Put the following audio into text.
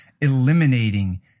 eliminating